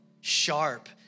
sharp